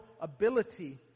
ability